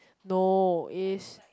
no is